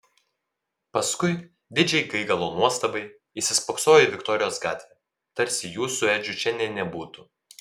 paskui didžiai gaigalo nuostabai įsispoksojo į viktorijos gatvę tarsi jų su edžiu čia nė nebūtų